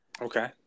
Okay